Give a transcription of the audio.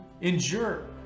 endure